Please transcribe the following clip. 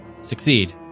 Succeed